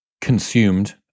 consumed